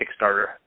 Kickstarter